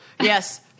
yes